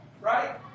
right